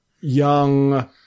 young